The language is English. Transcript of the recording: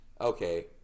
okay